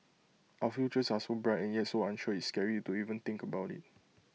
our futures are so bright and yet so unsure it's scary to even think about IT